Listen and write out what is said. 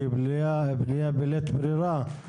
שהיא בנייה בלית ברירה.